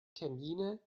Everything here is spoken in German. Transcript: termine